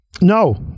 No